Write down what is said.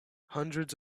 hundreds